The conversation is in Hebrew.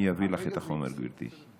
אני אעביר לך את החומר, גברתי.